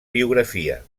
biografia